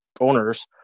owners